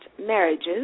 marriages